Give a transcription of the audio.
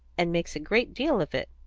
and makes a great deal of it.